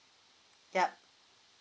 yup